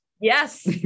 Yes